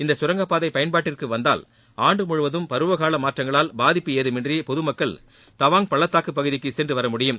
இந்த கரங்கப்பாதை பயன்பாட்டிற்கு வந்தால் ஆண்டு முழுவதும் பருவகால மாற்றங்களால் பாதிப்பு ஏதுமின்றி பொதுமக்கள் தவாங் பள்ளதாக்கு பகுதிக்கு சென்றுவர முடியும்